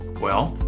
well,